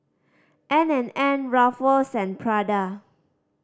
N and N Ruffles and Prada